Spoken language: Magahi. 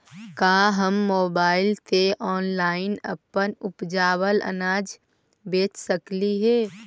का हम मोबाईल से ऑनलाइन अपन उपजावल अनाज बेच सकली हे?